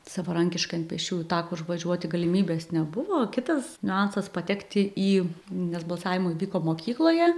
savarankiškai ant pėsčiųjų tako užvažiuoti galimybės nebuvo kitas niuansas patekti į nes balsavimai vyko mokykloje